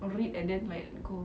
read and then like go